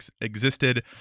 existed